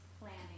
planning